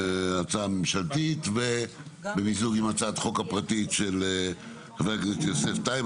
הצעת ממשלתית במיזוג עם הצעת החוק הפרטית של חבר הכנסת יוסף טייב.